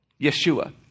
Yeshua